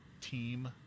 team